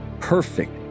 perfect